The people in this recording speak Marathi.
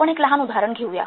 आपण एक लहान उदाहरण घेऊया